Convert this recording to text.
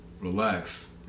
relax